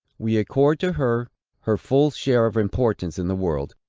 we accord to her her full share of importance in the world,